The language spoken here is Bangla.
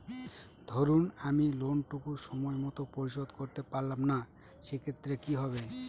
ধরুন আমি লোন টুকু সময় মত পরিশোধ করতে পারলাম না সেক্ষেত্রে কি হবে?